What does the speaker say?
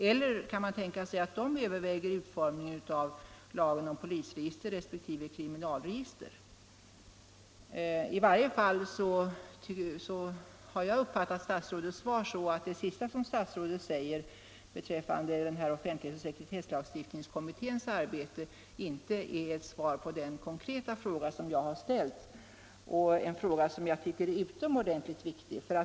Eller kan man tänka sig att kommittén också överväger utformningen av lagen om polisregister resp. kriminalregister? Jag uppfattade inte den sista delen av statsrådets svar om offentlighets och sekretesslagstiftningskommitténs arbete som ett svar på den konkreta fråga jag ställt och som jag tycker är utomordentligt viktig.